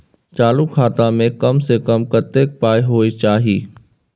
चालू खाता में कम से कम कत्ते पाई होय चाही?